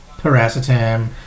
paracetam